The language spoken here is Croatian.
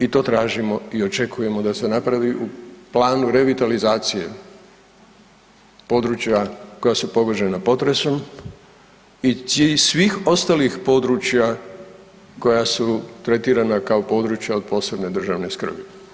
I to tražimo i očekujemo da se napravi u planu revitalizacije područja koja su pogođena potresom i svih ostalih područja koja su tretirana kao područja od posebne državne skrbi.